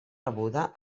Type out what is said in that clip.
rebuda